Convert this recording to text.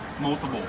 multiple